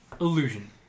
Illusion